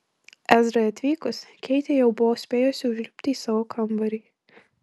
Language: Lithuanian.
ezrai atvykus keitė jau buvo spėjusi užlipti į savo kambarį